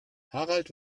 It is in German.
harald